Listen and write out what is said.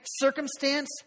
circumstance